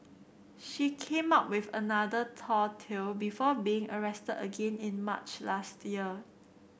she came up with another tall tale before being arrested again in March last year